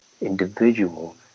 individual